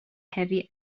heavy